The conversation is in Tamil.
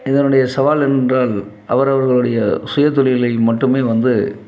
இதனுடைய சவால் என்றால் அவர் அவர்களுடைய சுயதொழிலை மட்டுமே வந்து